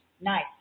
Nice